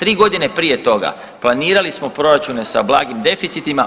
Tri godine prije toga planirali smo proračune sa blagim deficitima.